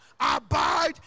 Abide